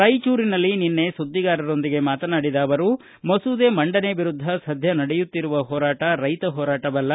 ರಾಯಚೂರಿನಲ್ಲಿ ನಿನ್ನೆ ಸುದ್ದಿಗಾರರೊಂದಿಗೆ ಮಾತನಾಡಿದ ಅವರು ಮಸೂದೆ ಮಂಡನೆ ವಿರುದ್ದ ಸದ್ಯ ನಡೆಯುತ್ತಿರುವ ಹೋರಾಟ ರೈತ ಹೋರಾಟವಲ್ಲ